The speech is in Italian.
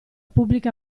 pubblica